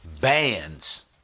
bands